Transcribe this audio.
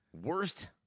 worst